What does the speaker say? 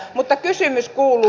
mutta kysymys kuuluu